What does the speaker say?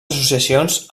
associacions